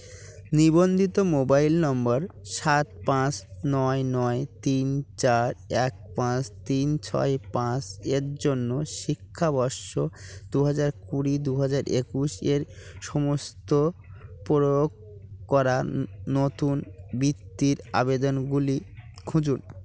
নিবন্ধিত মোবাইল নম্বর সাত পাঁচ নয় নয় তিন চার এক পাঁচ তিন ছয় পাঁচ এর জন্য শিক্ষাবর্ষ দু হাজার কুড়ি দু হাজার একুশ এর সমস্ত প্রয়োগ করা নতুন বৃত্তির আবেদনগুলি খুঁজুন